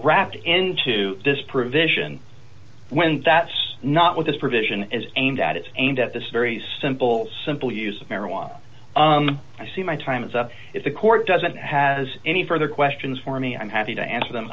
wrapped into this provision when that's not what this provision is aimed at it's aimed at this very simple simple use of marijuana i see my time is up if the court doesn't has any further questions for me i'm happy to answer them